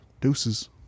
Deuces